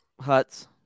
Huts